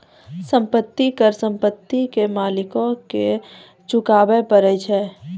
संपत्ति कर संपत्ति के मालिको के चुकाबै परै छै